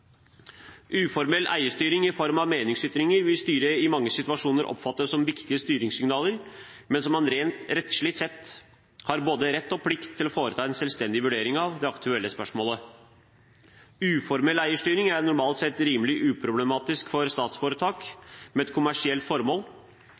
Uformell eierstyring i form av meningsytringer vil styret i mange situasjoner oppfatte som viktige styringssignaler, men man har rent rettslig sett både rett og plikt til å foreta en selvstendig vurdering av det aktuelle spørsmålet. Uformell eierstyring er normalt sett rimelig uproblematisk for statsforetak med et kommersielt formål.